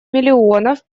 миллионов